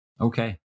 Okay